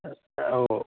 ഓ